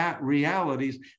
realities